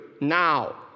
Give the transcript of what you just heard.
now